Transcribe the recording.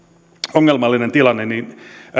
ongelmallinen tilanne joten